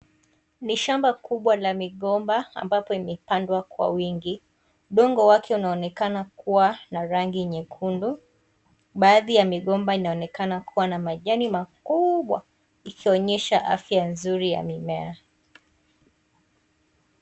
Ni shamba kubwa la migomba ambapo imepandwa kwa wingi , Udongo wake unaonekana kuwa na rangi nyekundu baadhi ya migomba inaonekana kuwa na manjani makubwa ikionyesha afya nzuri ya mimea.